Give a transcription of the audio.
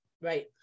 Right